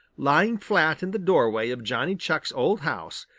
lying flat in the doorway of johnny chuck's old house,